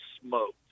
smoked